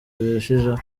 birushijeho